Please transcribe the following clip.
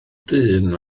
dyn